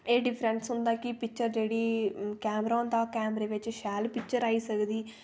एह् डिफ्रेंस होंदा कि पिक्चर जेह्ड़ी कैमरा होंदा कैमरे बिच शैल पिक्चर आई सकदी